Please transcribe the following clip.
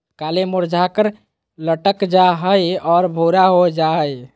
कली मुरझाकर लटक जा हइ और भूरा हो जा हइ